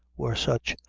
were such!